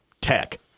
tech